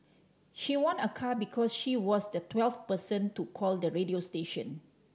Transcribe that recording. she won a car because she was the twelfth person to call the radio station